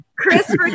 Chris